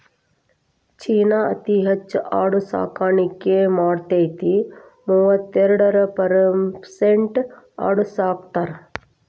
ಚೇನಾ ಅತೇ ಹೆಚ್ ಆಡು ಸಾಕಾಣಿಕೆ ಮಾಡತತಿ, ಮೂವತ್ತೈರ ಪರಸೆಂಟ್ ಆಡು ಸಾಕತಾರ